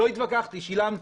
לא התווכחתי, שילמתי,